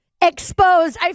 exposed